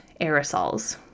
aerosols